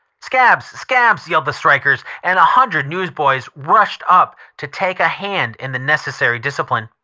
scabs! scabs! yelled the strikers, and a hundred newsboys rushed up to take a hand in the necessary discipline.